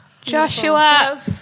Joshua